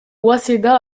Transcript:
waseda